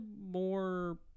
more